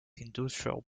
industrial